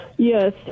Yes